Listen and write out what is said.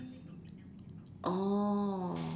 orh